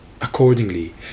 Accordingly